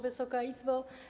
Wysoka Izbo!